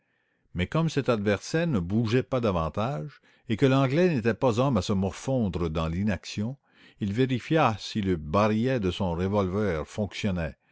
mais comme cet adversaire ne bougeait pas davantage et que l'anglais n'était pas homme à se morfondre dans l'inaction il vérifia si le barillet de son revolver fonctionnait